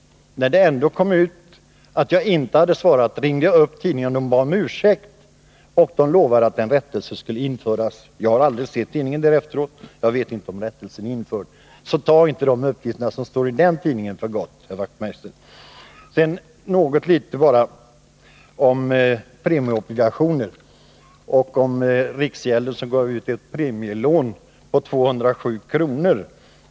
När det ändå kom ut att jag inte hade svarat ringde jag upp tidningen. Man bad om ursäkt och lovade att en rättelse skulle införas. Jag har inte sett tidningen efter den händelsen och jag vet inte om rättelsen är införd. Tag alltså inte de uppgifter som står i den tidningen för gott, herr Wachtmeister. Sedan bara något litet om premieobligationer och om riksgälden, som gav ut ett premielån på 207 kr.